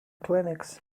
clinics